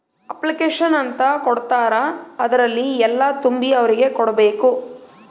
application ಅಂತ ಕೊಡ್ತಾರ ಅದ್ರಲ್ಲಿ ಎಲ್ಲ ತುಂಬಿ ಅವ್ರಿಗೆ ಕೊಡ್ಬೇಕು